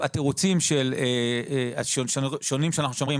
התירוצים השונים שאנחנו שומעים,